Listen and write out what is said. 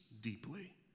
deeply